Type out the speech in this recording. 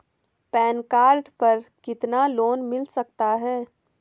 Pan card पर कितना loan मिल सकता है?